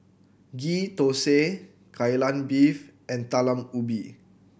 Ghee Thosai Kai Lan Beef and Talam Ubi